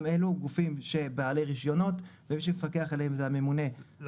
גם אלו הם גופים בעלי רישיונות ומי שמפקח עליהם בעצם זה הממונה על